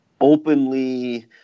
openly